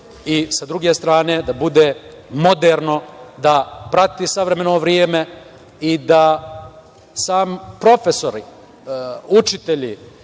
i sa druge strane da bude moderno, da prati savremeno vreme i da sami profesori, učitelji,